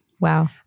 Wow